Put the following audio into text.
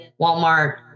Walmart